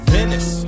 Venice